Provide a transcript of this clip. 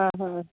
हा हा